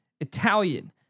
Italian